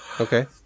Okay